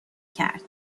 کرد